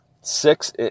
Six